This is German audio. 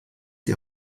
die